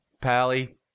Pally